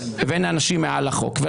ואין אנשים מעל החוק.